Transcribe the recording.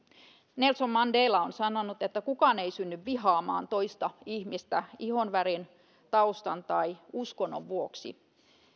nelson mandela on sanonut että kukaan ei synny vihaamaan toista ihmistä ihonvärin taustan tai uskonnon vuoksi